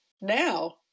Now